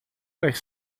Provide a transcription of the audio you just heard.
horas